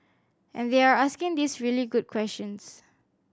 and they're asking these really good questions